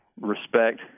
respect